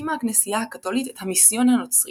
הקימה הכנסייה הקתולית את המיסיון הנוצרי